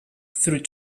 through